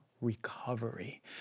recovery